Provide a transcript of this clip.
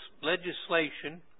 legislation